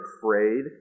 afraid